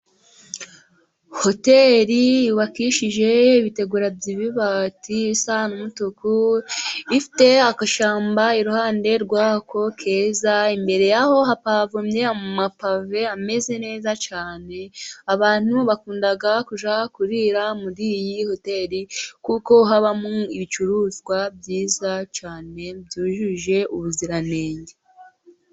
Hoteli yubakishije ibitegura by'ibibati bisa n'umutuku, ifite agashyamba iruhande rw'ako keza, imbere yaho hapavomye amapave ameze neza cyane. Abantu bakunda kujya kurira muri iyi hoteri kuko habamo ibicuruzwa byiza cyane, byujuje ubuziranenge.